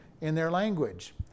language